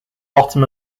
bottom